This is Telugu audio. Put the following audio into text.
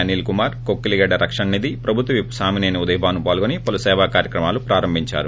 అనిల్కుమార్ కొక్కిలిగడ్డ రక్షణ నిధి ప్రభుత్వవిప్ సామినేని ఉదయభాను పాల్గొని పలు సేవా కార్యక్రమాలు ప్రారంభించారు